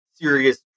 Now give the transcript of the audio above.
serious